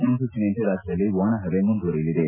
ಮುನ್ಲೂಚನೆಯಂತೆ ರಾಜ್ಯದಲ್ಲಿ ಒಣಹವೆ ಮುಂದುವರೆಯಲಿದೆ